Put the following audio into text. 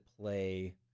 play